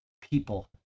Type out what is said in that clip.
people